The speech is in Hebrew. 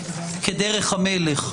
החזרתיות כדרך המלך,